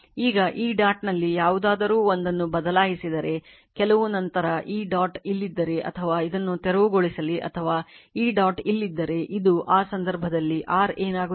ಈಗ ಈ ಡಾಟ್ನಲ್ಲಿ ಯಾವುದಾದರೂ ಒಂದನ್ನು ಬದಲಾಯಿಸಿದರೆ ಕೆಲವು ನಂತರ ಈ ಡಾಟ್ ಇಲ್ಲಿದ್ದರೆ ಅಥವಾ ಅದನ್ನು ತೆರವುಗೊಳಿಸಲಿ ಅಥವಾ ಈ ಡಾಟ್ ಇಲ್ಲಿದ್ದರೆ ಇದು ಆ ಸಂದರ್ಭದಲ್ಲಿ r ಏನಾಗುತ್ತದೆ